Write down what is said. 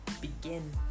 begin